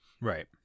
Right